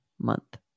month